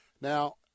now